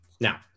Now